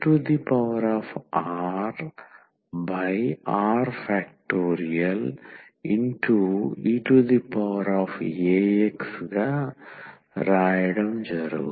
eax